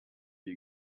die